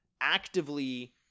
actively